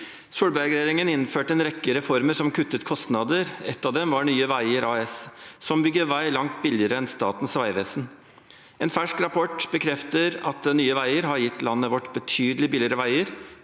Solberg-regjeringen innførte en rekke reformer som kuttet kostnader. En av dem var Nye veier AS, som bygger vei langt billigere enn Statens vegvesen. En fersk rapport bekrefter at Nye veier har gitt landet vårt betydelig billigere veier.